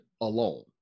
alone